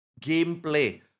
gameplay